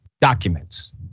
documents